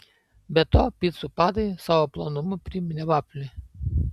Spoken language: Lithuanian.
be to picų padai savo plonumu priminė vaflį